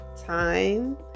time